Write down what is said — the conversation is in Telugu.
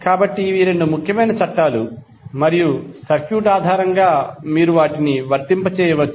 కాబట్టి ఇవి 2 ముఖ్యమైన చట్టాలు మరియు సర్క్యూట్ ఆధారంగా మీరు వాటిని వర్తింపజేయవచ్చు